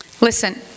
Listen